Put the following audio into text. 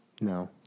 No